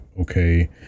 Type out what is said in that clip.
okay